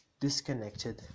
disconnected